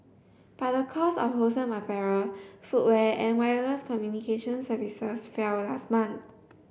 but the cost of wholesale apparel footwear and wireless communications services fell last month